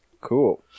Cool